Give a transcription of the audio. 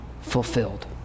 fulfilled